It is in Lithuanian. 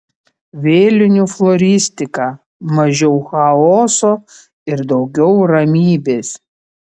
vėlinių floristika mažiau chaoso ir daugiau ramybės